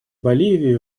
боливии